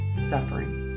suffering